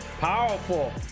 Powerful